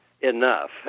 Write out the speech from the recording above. enough